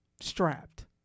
strapped